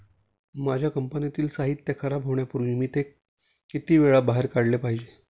माझ्या कंपनीतील साहित्य खराब होण्यापूर्वी मी ते किती वेळा बाहेर काढले पाहिजे?